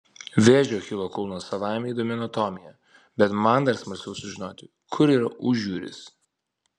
vėžio achilo kulnas savaime įdomi anatomija bet man dar smalsiau sužinoti kur yra užjūris